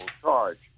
charge